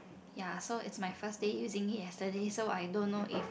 ya so its my first day using it yesterday so I don't know if